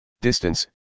Distance